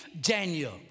Daniel